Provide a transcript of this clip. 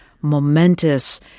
momentous